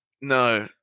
No